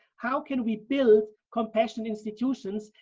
how can we build compassionate institutions,